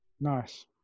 Nice